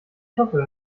hoffe